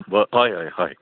बर हय हय हय